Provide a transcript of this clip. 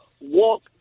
walk